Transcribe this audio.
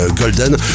Golden